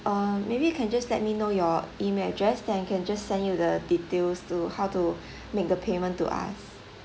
err maybe you can just let me know your email address then I can just send you the details to how to make the payment to us